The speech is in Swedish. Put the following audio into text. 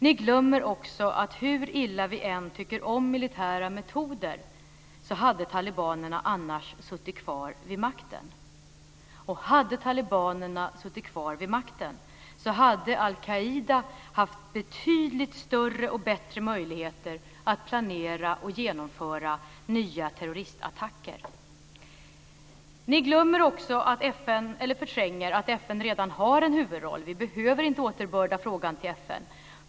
Ni glömmer också att hur illa vi än tycker om militära metoder, så hade talibanerna annars suttit kvar vid makten. Och hade talibanerna suttit kvar vid makten, så hade al-Qaida haft betydligt större och bättre möjligheter att planera och genomföra nya terroristattacker. Dessutom förtränger ni att FN redan har en huvudroll; vi behöver inte återbörda frågan till FN.